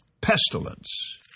pestilence